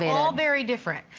all very different.